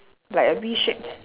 like a V shape